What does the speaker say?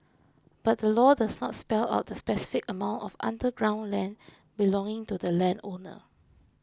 but the law does not spell out the specific amount of underground land belonging to the landowner